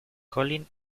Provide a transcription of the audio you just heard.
colin